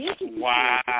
Wow